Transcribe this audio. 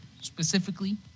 specifically